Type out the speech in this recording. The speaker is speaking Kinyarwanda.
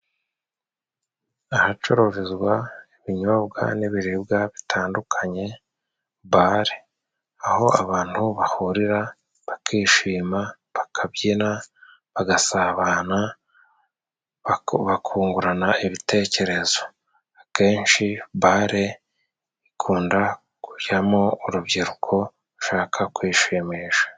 Ahacururizwa ibinyobwa n'ibiribwa bitandukanye: bare, aho abantu bahurira, bakishima, bakabyina, bagasabana, bakungurana ibitekerezo. Akenshi bare ikunda kujyamo urubyiruko rushaka kwishimisha.